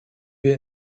wir